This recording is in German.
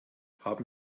haben